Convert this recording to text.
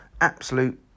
absolute